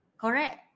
Correct